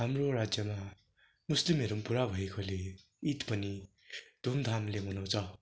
हाम्रो राज्यमा मुस्लिमहरू पनि पुरा भएकोले ईद पनि धुमधामले मनाउँछ